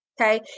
Okay